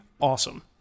awesome